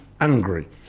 angry